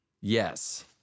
Yes